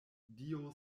dio